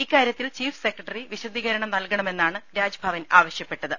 ഇക്കാര്യത്തിൽ chief secretary വിശദീകരണം നൽകണമെന്നാണ് രാജ്ഭവൻ ആവശ്യപ്പെട്ടത്